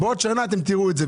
ולכן בעוד שנה אתם תראו את זה.